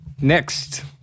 Next